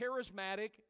charismatic